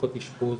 מחלקות האשפוז